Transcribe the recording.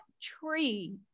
tree